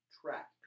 track